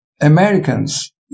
Americans